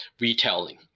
retailing